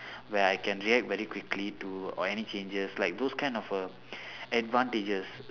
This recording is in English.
where I can react very quickly to or any changes like those kind of a advantages